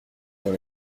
dans